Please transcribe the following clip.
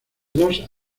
dos